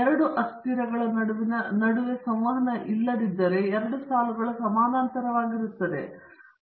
ಎರಡು ಅಸ್ಥಿರಗಳ ನಡುವಿನ ಸಂವಹನವಿಲ್ಲದಿದ್ದರೆ ಎರಡು ಸಾಲುಗಳು ಸಮಾನಾಂತರವಾಗಿರುತ್ತವೆ